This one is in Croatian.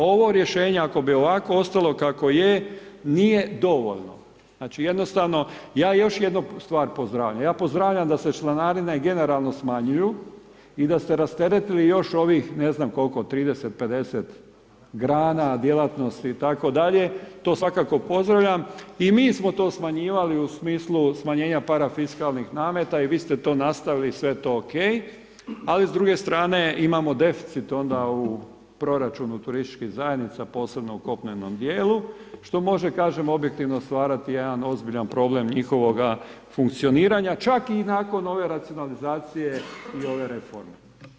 Ovo rješenje ako bi ovako ostalo kako je nije dovoljno, znači jednostavno ja još jednu stvar pozdravlja, ja pozdravljam da se članarine generalno smanjuju i da ste rasteretili još ovih ne znam kolko 30, 50 grana djelatnosti itd., to svakako pozdravljam i mi smo to smanjivali u smislu smanjenja parafiskalnih nameta i vi ste to nastavili i sve to OK, ali s druge strane imamo deficit onda u proračunu turističkih zajednica, posebno u kopnenom dijelu što može kažem objektivno stvarati jedan ozbiljan problem njihovoga funkcioniranja, čak i nakon ove racionalizacije i ove reforme.